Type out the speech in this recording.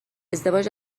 ازدواج